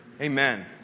amen